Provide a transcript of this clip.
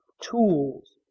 tools